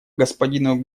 господину